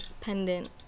pendant